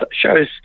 shows